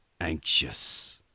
anxious